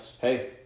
Hey